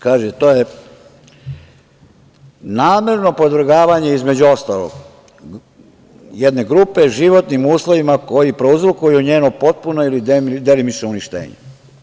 Kaže, to je namerno podvrgavanje između ostalog jedne grupe, životnim uslovima koji prouzrokuju njeno potpuno ili delimično uništenje.